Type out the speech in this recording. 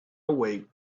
awake